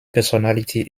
personality